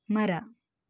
ಮರ